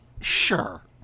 sure